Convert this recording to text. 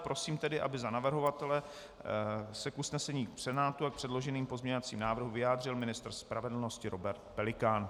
Prosím tedy, aby se za navrhovatele k usnesení Senátu a k předloženým pozměňovacím návrhům vyjádřil ministr spravedlnosti Robert Pelikán.